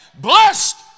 blessed